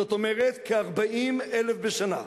זאת אומרת כ-40,000 בשנה.